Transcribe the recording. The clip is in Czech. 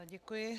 Děkuji.